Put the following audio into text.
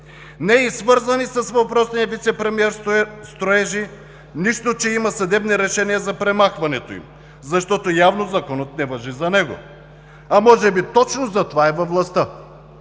Не и свързани с въпросния вицепремиер строежи, нищо че има съдебни решения за премахването им, защото явно законът не важи за него. А може би точно затова е във властта?!